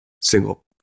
single